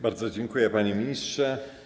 Bardzo dziękuję, panie ministrze.